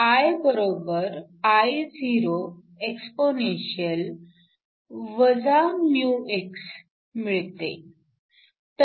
I Ioexp μx मिळते